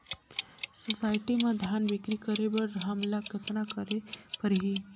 Society म धान बिक्री करे बर हमला कतना करे परही?